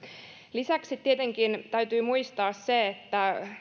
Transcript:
lisäksi tietenkin täytyy muistaa se että